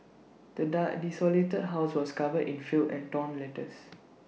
the dad desolated house was covered in filth and torn letters